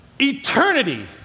eternity